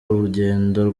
urugendo